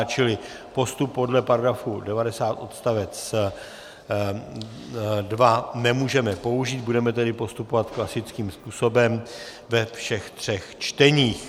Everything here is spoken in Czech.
Čili postup podle § 90 odst. 2 nemůžeme použít, budeme tedy postupovat klasickým způsobem ve všech třech čteních.